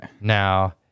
now